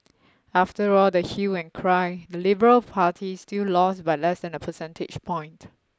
after all the hue and cry the liberal party still lost by less than a percentage point